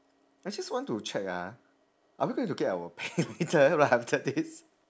I just want to check ah are we going to get our pay later right after this